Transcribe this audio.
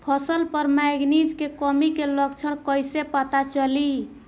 फसल पर मैगनीज के कमी के लक्षण कईसे पता चली?